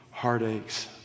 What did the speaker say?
heartaches